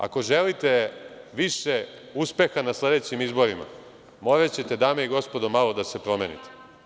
Ako želite više uspeha na sledećim izborima moraćete, dame i gospodo malo da se promenite.